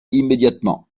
immédiatement